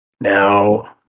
now